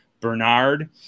Bernard